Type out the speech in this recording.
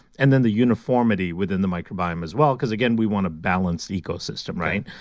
and then the uniformity within the microbiome as well. because again, we want to balance ecosystem, right?